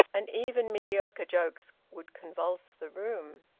and even mediocre jokes would convulse the room.